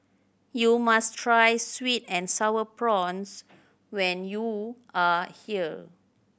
you must try sweet and Sour Prawns when you are here